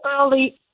early